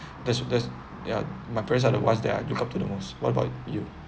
that's that's yeah my parents are the ones that I look up to the most what about you